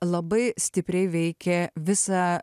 labai stipriai veikė visą